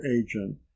agent